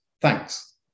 Thanks